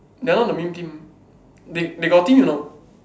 they not the meme team they they got team or not